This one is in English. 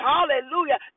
Hallelujah